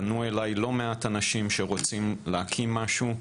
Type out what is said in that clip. פנו אליי לא מעט אנשים שרוצים להקים משהו.